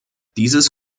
dieses